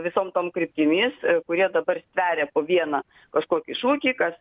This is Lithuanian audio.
visom tom kryptimis kurie dabar stveria po vieną kažkokį šūkį kas